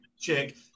chick